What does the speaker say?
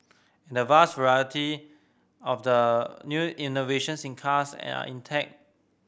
the vast majority of the new innovations in cars are in tech